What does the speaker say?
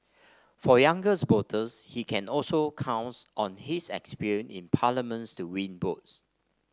for younger voters he can also count on his experience in Parliament to win votes